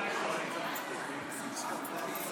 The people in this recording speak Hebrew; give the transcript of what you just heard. הצעת חוק התאמת אופן התעסוקה של מטפלות במשפחתונים,